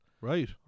right